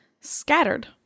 scattered